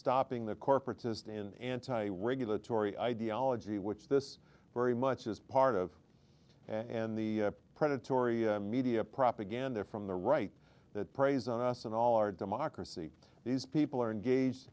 stopping the corporatist and anti regulatory ideology which this very much is part of and the predatory media propaganda from the right that preys on us and all our democracy these people are engaged